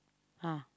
!huh!